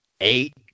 eight